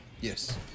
Yes